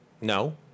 No